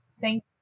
Thank